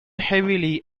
heavily